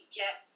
get